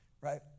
right